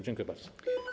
Dziękuję bardzo.